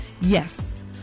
Yes